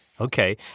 Okay